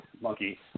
monkey